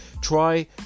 Try